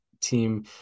team